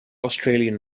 australian